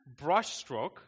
brushstroke